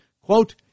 quote